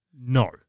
No